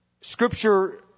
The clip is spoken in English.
Scripture